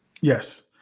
yes